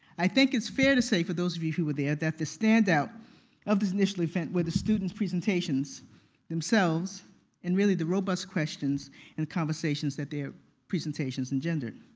i think it's fair to say, for those of you who were there, that the standout of this initial event were the students' presentations themselves and really the robust questions and conversations that their presentations engendered.